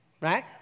Right